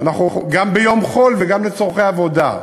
גם ביום חול וגם לצורכי עבודה.